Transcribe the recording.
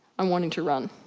i'm wanting to run.